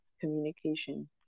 communication